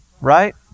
right